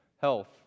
health